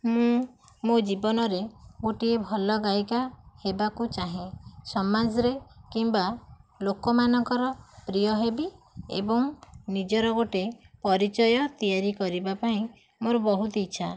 ମୁଁ ମୋ ଜୀବନରେ ଗୋଟିଏ ଭଲ ଗାୟିକା ହେବାକୁ ଚାହେଁ ସମାଜରେ କିମ୍ବା ଲୋକମାନଙ୍କର ପ୍ରିୟ ହେବି ଏବଂ ନିଜର ଗୋଟିଏ ପରିଚୟ ତିଆରି କରିବାପାଇଁ ମୋର ବହୁତ ଇଚ୍ଛା